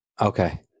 Okay